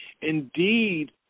indeed